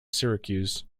syracuse